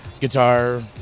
guitar